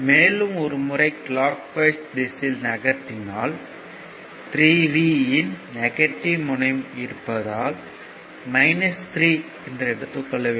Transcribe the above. மேலும் ஒரு முறை கிளாக் வைஸ் திசையில் நகர்த்தினால் 3V யின் நெகட்டிவ் முனையம் இருப்பதால் 3 என்று எடுத்துக் கொள்ள வேண்டும்